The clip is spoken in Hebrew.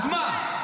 אז מה?